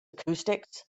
acoustics